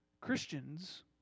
Christians